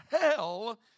hell